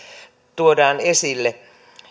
tuodaan esille